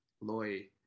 Loy